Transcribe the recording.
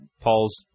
paul's